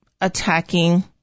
attacking